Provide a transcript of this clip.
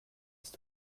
ist